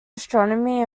astronomy